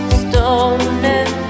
stolen